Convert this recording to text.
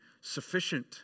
sufficient